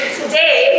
today